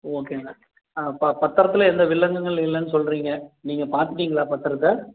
ஓகேங்க ஆ ப பத்தரத்தில் எந்த வில்லங்கங்களும் இல்லைன்னு சொல்லுறிங்க நீங்கள் பார்த்துட்டிங்களா பத்தரத்தை